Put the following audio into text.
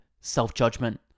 self-judgment